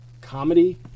comedy